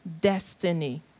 destiny